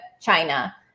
China